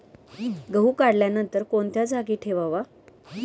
गहू काढल्यानंतर कोणत्या जागी ठेवावा?